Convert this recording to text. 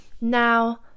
Now